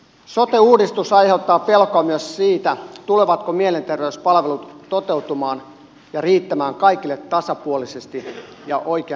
sote uudistus aiheuttaa pelkoa myös siitä tulevatko mielenterveyspalvelut toteutumaan ja riittämään kaikille tasapuolisesti ja oikean aikaisesti